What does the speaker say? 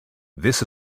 this